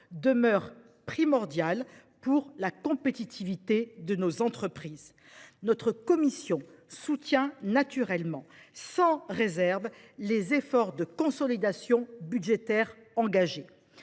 demeurent primordiales pour la compétitivité de nos entreprises. Notre commission soutient naturellement sans réserve les efforts de consolidation budgétaire qui